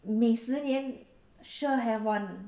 每十年 sure have [one]